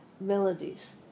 melodies